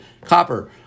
Copper